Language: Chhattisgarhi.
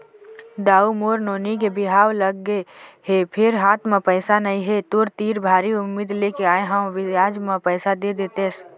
दाऊ मोर नोनी के बिहाव लगगे हे फेर हाथ म पइसा नइ हे, तोर तीर भारी उम्मीद लेके आय हंव बियाज म पइसा दे देतेस